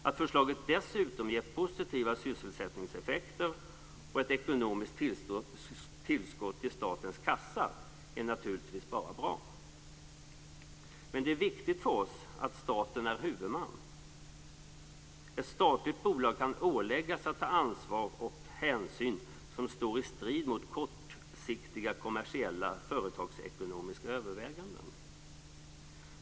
Att förslaget dessutom ger positiva sysselsättningseffekter och ett ekonomiskt tillskott till statens kassa är naturligtvis bara bra. Men det är viktigt för oss att staten är huvudman. Ett statligt bolag kan åläggas att ta ansvar och hänsyn som står i strid mot kortsiktiga kommersiella företagsekonomiska överväganden.